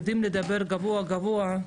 הם יודעים לדבר גבוהה גבוהה,